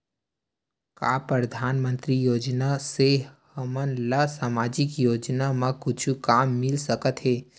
का परधानमंतरी योजना से हमन ला सामजिक योजना मा कुछु काम मिल सकत हे?